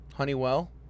Honeywell